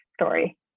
story